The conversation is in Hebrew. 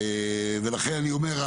לכן אני אומר,